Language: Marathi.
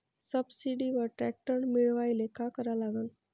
सबसिडीवर ट्रॅक्टर मिळवायले का करा लागन?